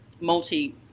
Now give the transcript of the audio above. multi